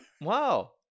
Wow